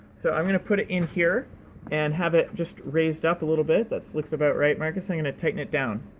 so i'm going to put it in here and have it just raised up a little bit, that looks about right, marcus, i'm going to tighten it down.